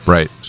Right